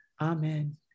Amen